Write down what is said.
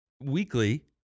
weekly